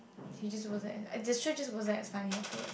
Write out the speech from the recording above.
he just supposed as he just supposed as funny afterwards